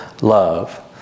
love